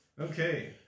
Okay